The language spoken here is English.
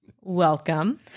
Welcome